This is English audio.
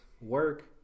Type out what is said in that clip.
work